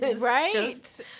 Right